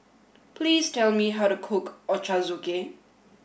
please tell me how to cook Ochazuke